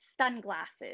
sunglasses